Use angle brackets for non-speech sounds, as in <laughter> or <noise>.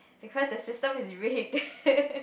because the system is rigged <laughs>